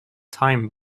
time